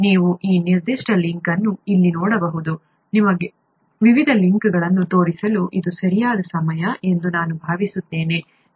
ನೀವು ಈ ನಿರ್ದಿಷ್ಟ ಲಿಂಕ್ ಅನ್ನು ಇಲ್ಲಿ ನೋಡಬಹುದು ನಿಮಗೆ ವಿವಿಧ ಲಿಂಕ್ಗಳನ್ನು ತೋರಿಸಲು ಇದು ಸರಿಯಾದ ಸಮಯ ಎಂದು ನಾನು ಭಾವಿಸುತ್ತೇನೆ